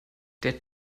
der